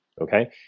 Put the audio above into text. Okay